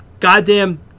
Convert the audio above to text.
Goddamn